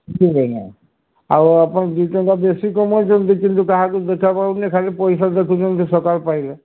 ଠିକ୍ ଆଜ୍ଞା ଆଉ ଆପଣ ଦୁଇ ଟଙ୍କା ବେଶୀ କମେଇଛନ୍ତି କିନ୍ତୁ କାହାକୁ ଦେଖା ପାଉନେ ଖାଲି ପଇସା ଦେଖୁଛନ୍ତି ସକାଳ ପାଇଲେ